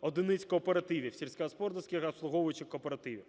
одиниць кооперативів, сільськогосподарських обслуговуючих кооперативів.